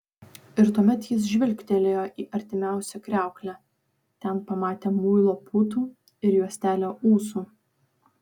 ir tuomet jis žvilgtelėjo į artimiausią kriauklę ten pamatė muilo putų ir juostelę ūsų